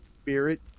spirit